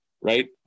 Right